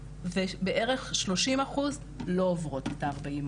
ובערך 30 אחוז לא עוברות את ה-40 אחוז.